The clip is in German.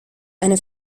eine